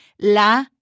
La